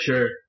Sure